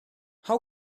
how